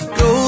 go